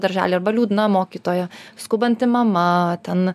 darželyje arba liūdna mokytoja skubanti mama ten